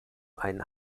ein